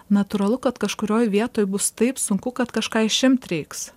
natūralu kad kažkurioj vietoj bus taip sunku kad kažką išimt reiks